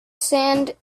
sand